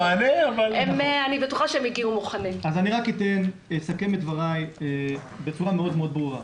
אסכם את דברי בצורה ברורה,